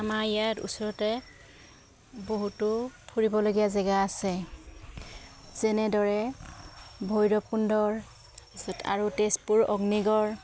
আমাৰ ইয়াত ওচৰতে বহুতো ফুৰিবলগীয়া জেগা আছে যেনেদৰে ভৈৰৱকুণ্ডৰ তাৰপিছত আৰু তেজপুৰ অগ্নিগড়